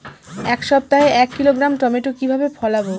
এক সপ্তাহে এক কিলোগ্রাম টমেটো কিভাবে ফলাবো?